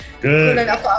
good